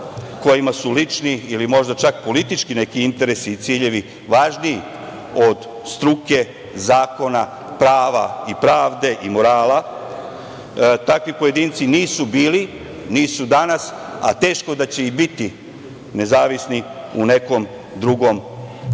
kojima su lični ili možda čak politički neki interesi i ciljevi važniji od struke, zakona, prava i pravde i morala, takvi pojedinci nisu bili, nisu danas, a teško da će i biti nezavisni u nekom drugom sistemu,